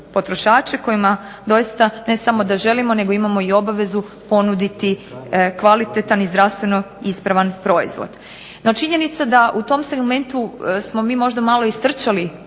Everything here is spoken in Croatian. potrošače kojima doista ne samo da želimo nego imamo i obavezu ponuditi kvalitetan i zdravstveno ispravan proizvod. No činjenica da u tom segmentu smo mi možda malo istrčali